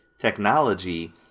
technology